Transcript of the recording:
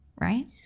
right